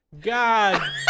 God